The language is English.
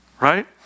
right